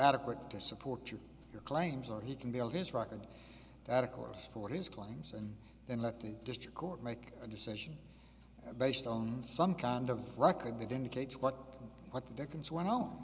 adequate to support to your claim so he can build his record that of course for his claims and then let the district court make a decision based on some kind of record that indicates what what the dickens went